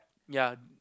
ya